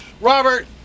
robert